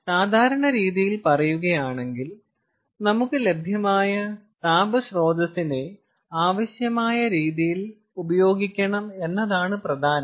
സാധാരണ രീതിയിൽ പറയുകയാണെങ്കിൽ നമുക്ക് ലഭ്യമായ താപ സ്രോതസ്സിനെ ആവശ്യമായ രീതിയിൽ ഉപയോഗിക്കണം എന്നതാണ് പ്രധാനം